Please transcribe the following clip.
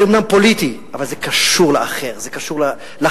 זה אומנם פוליטי, אבל זה קשור לאחר, זה קשור לחלש.